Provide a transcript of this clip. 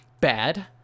bad